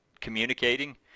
communicating